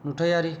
नुथायारि